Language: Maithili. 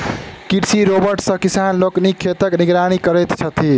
कृषि रोबोट सॅ किसान लोकनि खेतक निगरानी करैत छथि